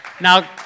Now